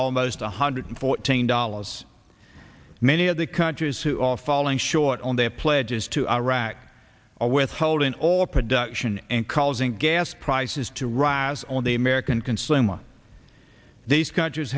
almost one hundred fourteen dollars many of the countries who all falling short on their pledges to iraq are withholding oil production and causing gas prices to rise on the american consumer these countries